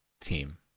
team